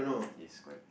yes correct